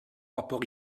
rapport